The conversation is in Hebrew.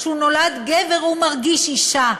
שהוא נולד גבר הוא מרגיש אישה,